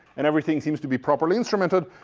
and everything seems to be properly instrumented,